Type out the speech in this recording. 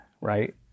right